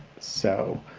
so,